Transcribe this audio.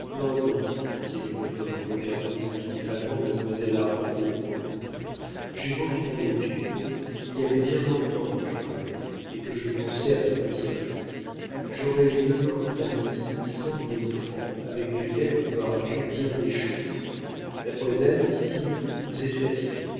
non dit le bonhomme en regardant triomphalement mademoiselle armande et le comte j'ai vendu mon étude il y avait bien longtemps que je travaillais et que je pensais à me retirer j'aurai demain à midi cent mille francs avec lesquels on peut arranger bien des choses mademoiselle dit-il vous êtes fatiguée